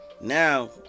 Now